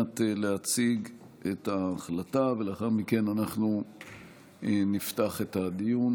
להציג את ההחלטה ולאחר מכן אנחנו נפתח את הדיון.